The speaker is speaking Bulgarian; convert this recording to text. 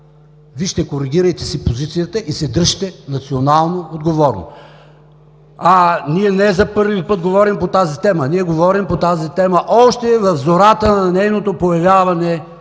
вижте, коригирайте си позицията и се дръжте национално отговорно. Ние не за първи път говорим по тази тема, ние говорим по тази тема още в зората на нейното появяване